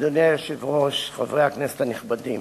אדוני היושב-ראש, חברי הכנסת הנכבדים,